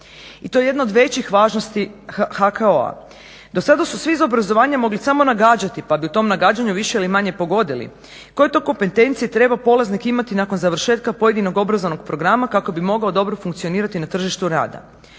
I to je jedno od većih važnosti HKO-a. Dosada su svi iz obrazovanja mogli samo nagađati pa bi u tom nagađanju više ili manje pogodili koje to kompetencije treba polaznik imati nakon završetka pojedinog obrazovnog programa kako bi mogao dobro funkcionirati na tržištu rada.